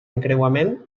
encreuament